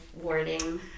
warning